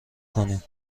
کنیم